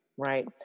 Right